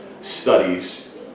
studies